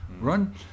Run